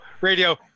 Radio